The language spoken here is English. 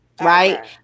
Right